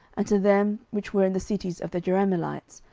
and to them which were in the cities of the jerahmeelites,